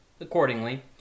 Accordingly